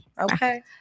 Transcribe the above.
Okay